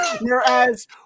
whereas